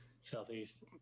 Southeast